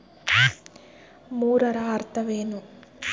ಮೂರರ ಅರ್ಥವೇನು?